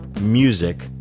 Music